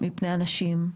מפני אנשים.